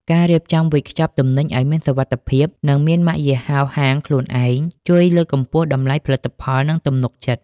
ការរៀបចំវេចខ្ចប់ទំនិញឱ្យមានសុវត្ថិភាព និងមានម៉ាកយីហោហាងខ្លួនឯង ជួយលើកកម្ពស់តម្លៃផលិតផល និងទំនុកចិត្ត។